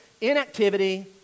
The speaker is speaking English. Inactivity